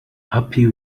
happy